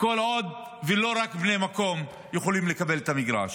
כל עוד לא רק בני המקום יכולים לקבל את המגרש.